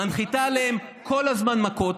מנחיתה עליהם כל הזמן מכות,